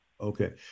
Okay